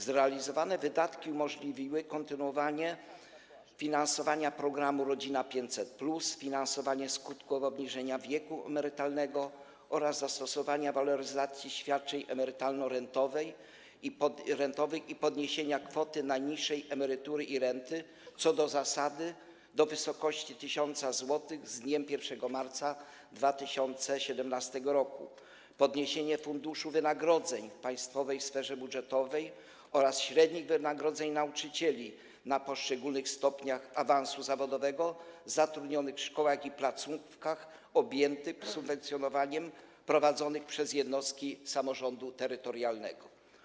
Zrealizowane wydatki umożliwiły kontynuowanie finansowania programu „Rodzina 500+”, finansowania skutków obniżenia wieku emerytalnego oraz zastosowanie waloryzacji świadczeń emerytalno-rentowych, a także podniesienie kwoty najniższej emerytury i renty, co do zasady, do wysokości 1 tys. zł z dniem 1 marca 2017 r. i podniesienie funduszu wynagrodzeń w państwowej sferze budżetowej oraz średnich wynagrodzeń nauczycieli na poszczególnych stopniach awansu zawodowego zatrudnionych w szkołach i placówkach objętych subwencjonowaniem, prowadzonych przez jednostki samorządu terytorialnego.